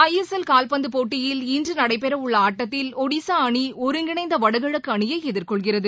ஐ S L கால்பந்து போட்டியில் இன்று நடைபெறவுள்ள ஆட்டத்தில் ஒடிசா அனி ஒருங்கிணைந்த வடகிழக்கு அணியை எதிர்கொள்கிறது